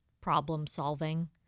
problem-solving